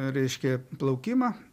reiškia plaukimą